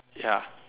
ya